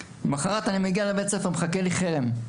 למחרת אני מגיע לבית הספר, מחכה לי חרם.